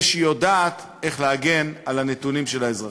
שהיא יודעת איך להגן על הנתונים של האזרחים.